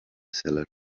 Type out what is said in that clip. seller